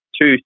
two